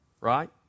right